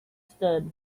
stood